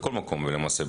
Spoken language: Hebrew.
בכל מקום למעשה בארץ,